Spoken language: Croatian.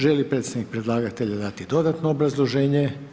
Želi li predstavnik predlagatelja dati dodatno obrazloženje?